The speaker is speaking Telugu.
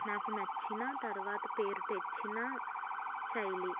నాకు నచ్చిన తర్వాత పేరు తెచ్చిన శైలి